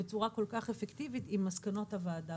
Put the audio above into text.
בצורה כל כך אפקטיבית עם מסקנות הוועדה,